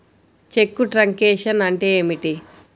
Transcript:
చెక్కు truncation అంటే ఏమిటి?